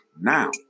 now